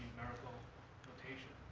numerical notation.